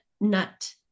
nut